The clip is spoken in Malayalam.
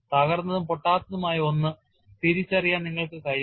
തകർന്നതും പൊട്ടാത്തതുമായ ഒന്ന് തിരിച്ചറിയാൻ നിങ്ങൾക്ക് കഴിയില്ല